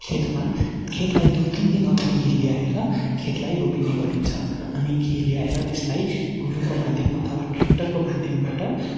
खेतमा खेतलाई दुई तिनदिन अगाडि हिल्याएर खेतलाई रोपिने गरिन्छ अनि हिल्याएर त्यसलाई गोरुको माध्यम अथवा ट्र्याक्टरको माध्यमबाट